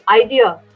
idea